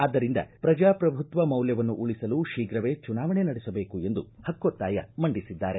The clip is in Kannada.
ಆದ್ದರಿಂದ ಪ್ರಜಾಪ್ರಭುತ್ವ ಮೌಲ್ಯವನ್ನು ಉಳಿಸಲು ಶೀಘ್ರವೇ ಚುನಾವಣೆ ನಡೆಸಬೇಕು ಎಂದು ಪಕ್ಕೊತ್ತಾಯ ಮಂಡಿಸಿದ್ದಾರೆ